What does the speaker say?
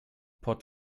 port